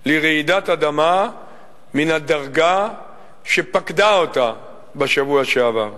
לרעידת אדמה מן הדרגה שפקדה אותה בשבוע שעבר.